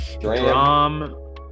Drum